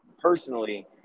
personally